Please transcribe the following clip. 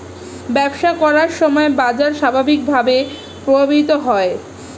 ব্যবসা করার সময় বাজার স্বাভাবিকভাবেই প্রভাবিত হয়